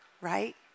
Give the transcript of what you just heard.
right